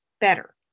better